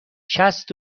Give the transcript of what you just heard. شصت